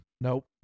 Nope